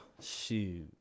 shoot